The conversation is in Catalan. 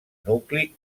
nucli